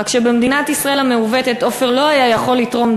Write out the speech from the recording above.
רק שבמדינת ישראל המעוותת עופר לא היה יכול לתרום